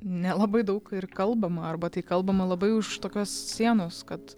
nelabai daug ir kalbama arba tai kalbama labai už tokios sienos kad